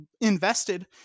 invested